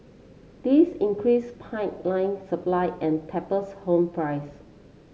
this increase supply and tapers home price